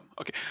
Okay